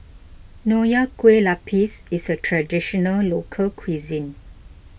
Nonya Kueh Lapis is a Traditional Local Cuisine